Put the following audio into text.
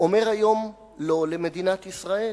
אומר היום לא למדינת ישראל.